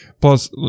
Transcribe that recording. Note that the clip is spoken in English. Plus